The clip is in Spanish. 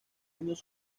años